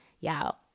y'all